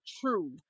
true